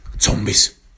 zombies